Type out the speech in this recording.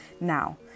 Now